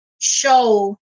show